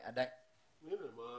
הנה, מה?